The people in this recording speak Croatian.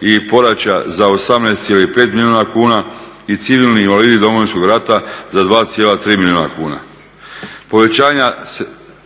i … za 18,5 milijuna kuna i civilni invalidi Domovinskog rata za 2,3 milijuna kuna.